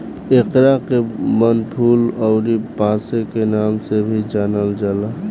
एकरा के वनफूल अउरी पांसे के नाम से भी जानल जाला